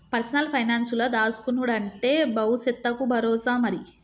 personal పైనాన్సుల దాస్కునుడంటే బవుసెత్తకు బరోసా మరి